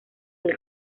del